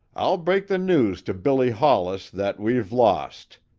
i'll break the news to billy hollis that we've lost.